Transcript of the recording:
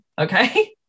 Okay